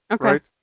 Okay